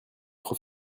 trop